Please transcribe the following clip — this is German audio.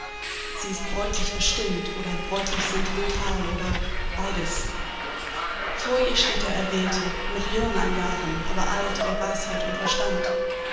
sie ist bräutlich verstimmt oder bräutlich sentimental oder beides vor ihr steht der erwählte noch jung an jahren aber alt an weisheit und verstand